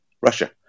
Russia